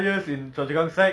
s~ serious